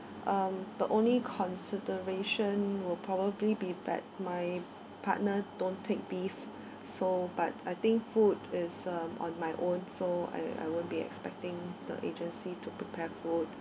um the only consideration will probably be that my partner don't take beef so but I think food is um on my own so I I won't be expecting the agency to prepare food